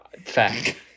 Fact